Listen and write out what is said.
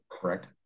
correct